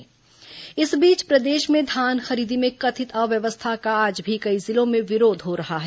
धान खरीदी विरोध इस बीच प्रदेश में धान खरीदी में कथित अव्यवस्था का आज भी कई जिलों में विरोध हो रहा है